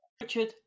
Richard